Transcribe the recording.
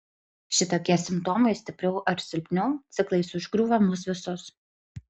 šitokie simptomai stipriau ar silpniau ciklais užgriūva mus visus